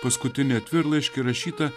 paskutinė atvirlaiškį rašytą